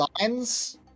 lines